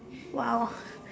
!wow!